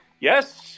Yes